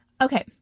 Okay